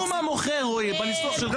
רשום המוכר, רועי, בניסוח שלך.